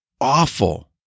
awful